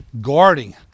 Guarding